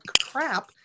crap